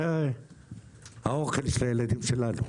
זה האוכל של הילדים שלנו.